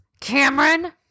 Cameron